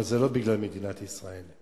אבל זה לא בגלל מדינת ישראל.